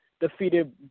defeated